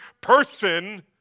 person